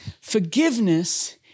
Forgiveness